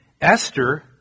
Esther